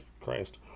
Christ